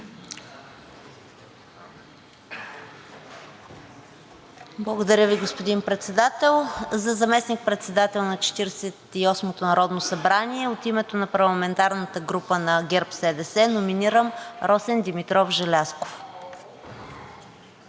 Благодаря Ви, господин Председател. За заместник-председател на Четиридесет и осмото народно събрание от името на парламентарната група на ГЕРБ-СДС номинирам Росен Димитров Желязков.